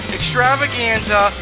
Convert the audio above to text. Extravaganza